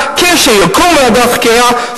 אם תקום ועדת חקירה,